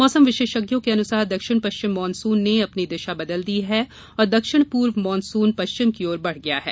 मौसम विशेषज्ञों के अनुसार दक्षिण पश्चिम मानसुन ने अपनी दिशा बदल दी है और दक्षिण पूर्व मानसून पश्चिम की ओर बढ़ गया है